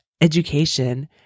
education